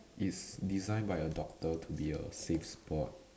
it's designed by a doctor to be a safe sport